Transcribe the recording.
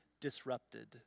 disrupted